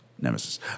Nemesis